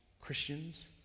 Christians